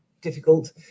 difficult